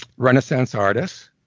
renaissance artists